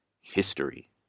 history